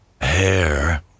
hair